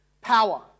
power